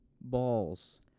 balls